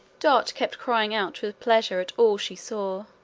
dot kept crying out with pleasure at all she saw